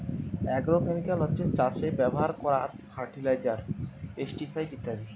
agrochemical হচ্ছে চাষে ব্যাভার কোরার ফার্টিলাইজার, পেস্টিসাইড ইত্যাদি